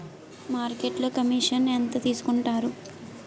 మార్కెట్లో కమిషన్ ఎంత తీసుకొంటారు?